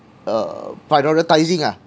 err prioritizing ah